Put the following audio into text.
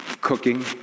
Cooking